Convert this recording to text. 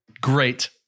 Great